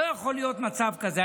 לא יכול להיות מצב כזה.